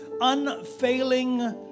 unfailing